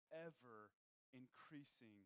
ever-increasing